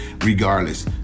regardless